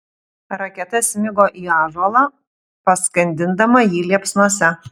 raketa smigo į ąžuolą paskandindama jį liepsnose